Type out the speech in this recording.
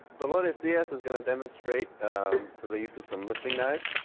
dolores diaz is going to demonstrate the use of some lifting knives.